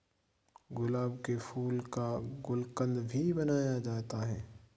गुलाब के फूल का गुलकंद भी बनाया जाता है